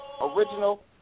original